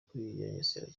kwigengesera